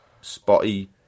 spotty